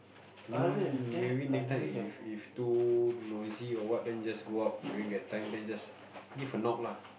then maybe next time if if too noisy or what then you just go out during that time then just give a knock lah